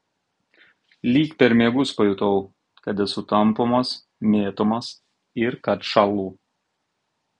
lyg per miegus pajutau kad esu tampomas mėtomas ir kad šąlu